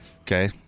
Okay